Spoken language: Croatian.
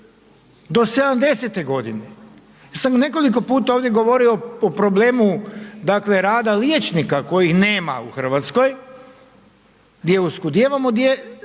do 70-te godine. Ja sam nekoliko puta ovdje govorio ovdje o problemu rada liječnika kojih nema u Hrvatskoj, gdje oskudijevamo, gdje fakat